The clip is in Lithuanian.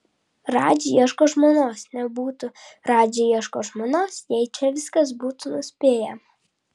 radži ieško žmonos nebūtų radži ieško žmonos jei čia viskas būtų nuspėjama